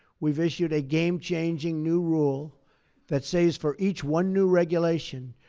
we've issued a game-changing new rule that says for each one new regulation,